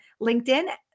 LinkedIn